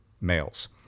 males